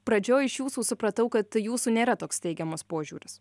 pradžioj iš jūsų supratau kad jūsų nėra toks teigiamas požiūris